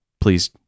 please